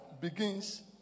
begins